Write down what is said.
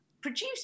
produced